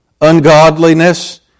ungodliness